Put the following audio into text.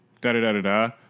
Da-da-da-da-da